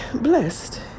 blessed